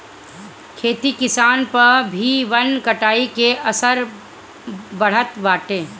खेती किसानी पअ भी वन कटाई के असर पड़त बाटे